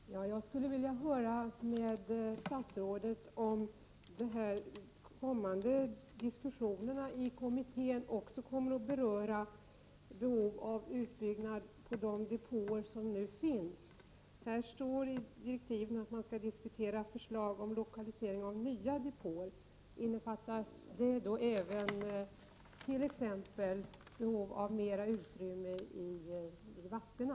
Herr talman! Jag skulle vilja höra med statsrådet om de kommande diskussionerna i kommittén också kommer att beröra behovet av utbyggnad vid de depåer som nu finns. I direktiven står att man skall diskutera förslag till lokalisering av nya depåer. Innefattas då även t.ex. behovet av mera utrymme i Vadstena?